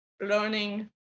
learning